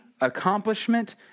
accomplishment